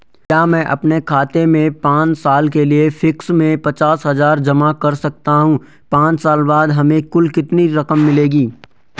क्या मैं अपने खाते में पांच साल के लिए फिक्स में पचास हज़ार जमा कर सकता हूँ पांच साल बाद हमें कुल कितनी रकम मिलेगी?